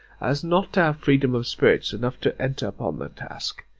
as not to have freedom of spirits enough to enter upon the task.